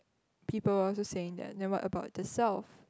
people also saying that then what about the self